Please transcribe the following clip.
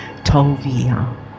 Tovia